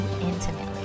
intimately